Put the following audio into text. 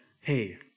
hey